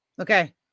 Okay